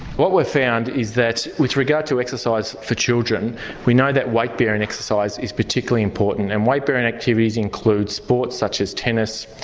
what we've found is that with regard to exercise for children we know that weight bearing exercise is particularly important and weight bearing activities include sports such as tennis,